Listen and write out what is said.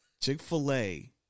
Chick-fil-A